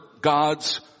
God's